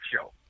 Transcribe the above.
show